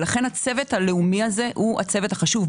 לכן הצוות הלאומי הזה הוא החשוב.